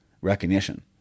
recognition